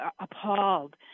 appalled